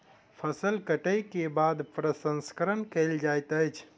फसिल कटै के बाद प्रसंस्करण कयल जाइत अछि